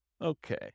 Okay